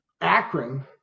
Akron